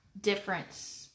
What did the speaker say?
difference